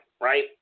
right